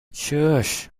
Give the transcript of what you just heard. shush